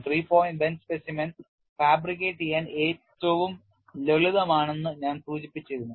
Three point bend specimen fabricate ചെയ്യാൻ ഏറ്റവും ലളിതമാണെന്ന് ഞാൻ സൂചിപ്പിച്ചിരുന്നു